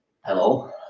hello